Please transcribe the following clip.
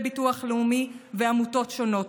ביטוח לאומי ועמותות שונות.